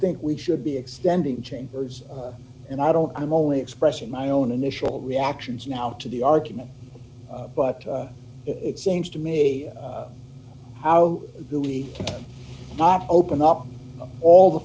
think we should be extending chambers and i don't i'm only expressing my own initial reactions now to the argument but it seems to me how do we not open up all the